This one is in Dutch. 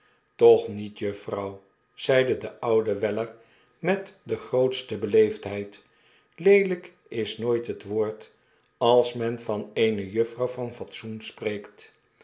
toch niet juffrouw v zeide de oude weller met de grootste beleefdheid leelyk is nooit het woord als men van eene juffrouw van fatsoen spreekt